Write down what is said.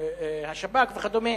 השב"כ וכדומה,